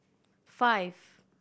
five